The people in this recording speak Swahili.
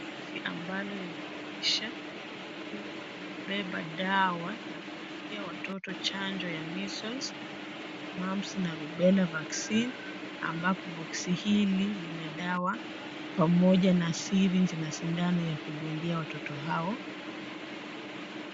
Boksi ambalo linaonyesha kuwa limebeba dawa za kudungia watoto chanjo ya Measles, Mumps na Rubella Vaccine ambapo boksi hili lina dawa pamoja na syringe na sindano ya kudungia watoto hao.